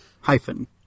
hyphen